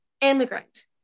immigrant